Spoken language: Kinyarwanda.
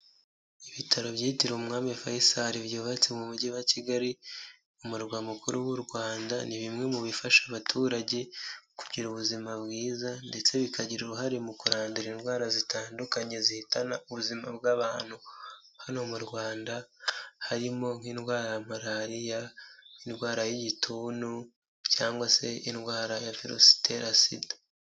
Ibitaro byitiriwe Umwami Faisal byubatse mu Mujyi wa Kigali, umurwa mukuru w'u Rwanda, ni bimwe mu bifasha abaturage, kugira ubuzima bwiza ndetse bikagira uruhare mu kurandura indwara zitandukanye zihitana ubuzima bw'abantu. Hano mu Rwanda harimo: nk'indwara ya malariya, indwara y'igituntu cyangwa se indwara ya virusi itera SIDA.